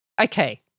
Okay